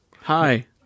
Hi